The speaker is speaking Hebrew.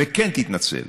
וכן תתנצל.